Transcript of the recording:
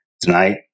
tonight